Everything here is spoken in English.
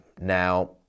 Now